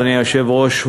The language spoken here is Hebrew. אדוני היושב-ראש,